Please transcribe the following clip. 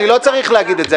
אני לא צריך להגיד את זה,